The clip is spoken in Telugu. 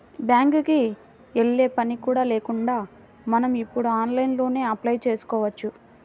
బ్యేంకుకి యెల్లే పని కూడా లేకుండా మనం ఇప్పుడు ఆన్లైన్లోనే అప్లై చేసుకోవచ్చు